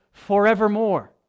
Forevermore